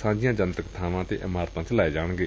ਸਾਂਝੀਆਂ ਜਨਤਕ ਬਾਵਾਂ ਅਤੇ ਇਮਾਰਤਾਂ ਚ ਲਗਾਏ ਜਾਣਗੇ